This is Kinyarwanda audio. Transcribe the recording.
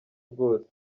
bwose